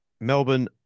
Melbourne